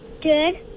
Good